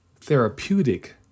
therapeutic